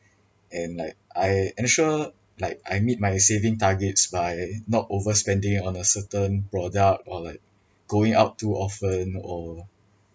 and like I ensure like I meet my saving targets by not overspending on a certain product or like going out too often or